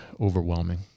overwhelming